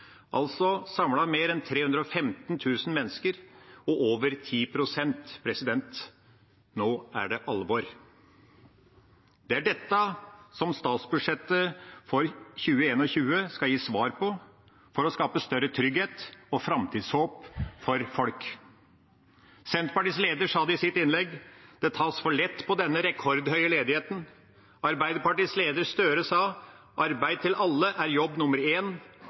altså samlet mer enn 315 000 mennesker og over 10 pst. Nå er det alvor. Det er dette statsbudsjettet for 2021 skal gi svar på, for å skape større trygghet og framtidshåp for folk. Senterpartiets leder sa i sitt innlegg at det tas for lett på denne rekordhøye ledigheten. Arbeiderpartiets leder, Gahr Støre, sa at arbeid til alle er jobb nummer